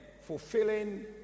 fulfilling